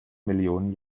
millionen